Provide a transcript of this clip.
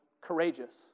courageous